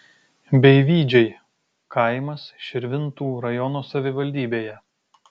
beivydžiai kaimas širvintų rajono savivaldybėje